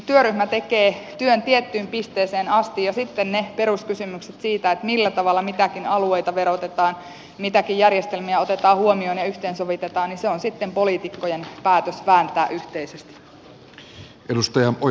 työryhmä tekee työn tiettyyn pisteeseen asti ja kun sitten on ne peruskysymykset siitä millä tavalla mitäkin alueita verotetaan mitäkin järjestelmiä otetaan huomioon ja yhteensovitetaan niin se on sitten poliitikkojen päätös ja siitä väännetään yhteisesti